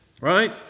right